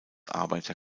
arbeiter